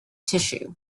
tissue